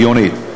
הגיונית.